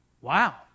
wow